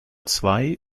zwei